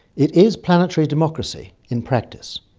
it is planetary democracy in practice.